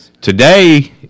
Today